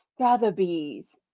Sotheby's